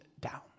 down